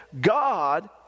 God